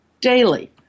daily